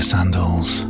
Sandals